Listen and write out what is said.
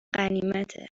غنیمته